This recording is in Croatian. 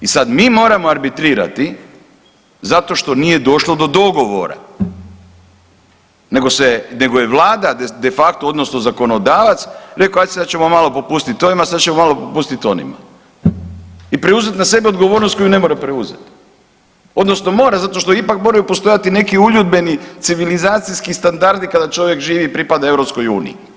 I sad mi moramo arbitrirati zato što nije došlo do dogovora nego je vlada de facto odnosno zakonodavac rekao ajd sad ćemo malo popustit ovima, sad ćemo malo popustit onima i preuzet na sebe odgovornost koju ne mora preuzet odnosno mora zato što ipak moraju postojati neki uljudbeni civilizacijski standardi kada čovjek živi i pripada EU.